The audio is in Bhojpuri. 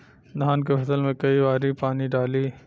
धान के फसल मे कई बारी पानी डाली?